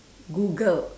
Googled